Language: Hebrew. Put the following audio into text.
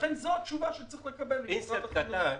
לכן זו התשובה שצריך לקבל ממשרד החינוך.